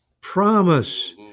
promise